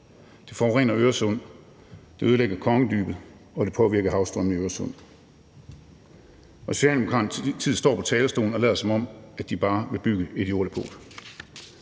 Det forurener Øresund, det ødelægger Kongedybet, og det påvirker havstrømmene i Øresund. Og Socialdemokraterne står på talerstolen og lader, som om de bare vil bygge et jorddepot.